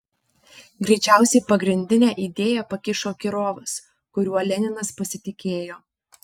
greičiausiai pagrindinę idėją pakišo kirovas kuriuo leninas pasitikėjo